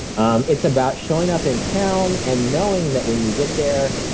um it's about showing up in town and knowing that when you get there,